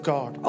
God